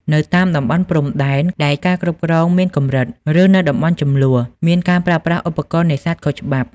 នៅតាមតំបន់ព្រំដែនដែលការគ្រប់គ្រងមានកម្រិត ឬនៅតំបន់ជម្លោះ មានការប្រើប្រាស់ឧបករណ៍នេសាទខុសច្បាប់។